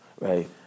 right